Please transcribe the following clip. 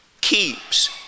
keeps